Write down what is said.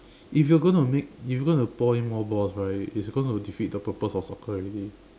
if you're gonna make if you're gonna pour in more balls right it's gonna defeat the purpose of soccer already